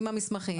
עם המסמכים,